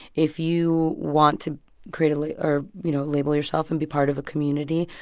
if you want to create like or, you know, label yourself and be part of a community,